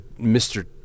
mr